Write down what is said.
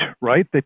right